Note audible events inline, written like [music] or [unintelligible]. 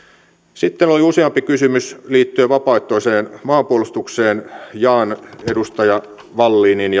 sitten oli useampi kysymys liittyen vapaaehtoiseen maanpuolustukseen jaan edustaja wallinin [unintelligible]